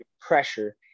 pressure